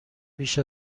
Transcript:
بیش